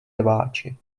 rváči